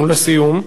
ולסיום.